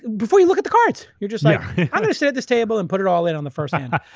before you look at the cards. you're just like i'm going to sit at this table and put it all in on the first hand,